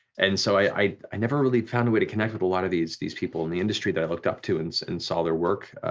and so i i never really found a way to connect with a lot of these these people in the industry that i looked up to and saw and saw their work.